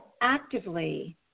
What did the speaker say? actively